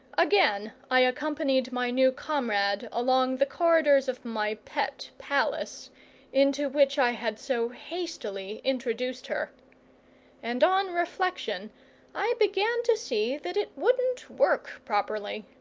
again i accompanied my new comrade along the corridors of my pet palace into which i had so hastily introduced her and on reflection i began to see that it wouldn't work properly.